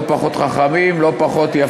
לא פחות חכמים,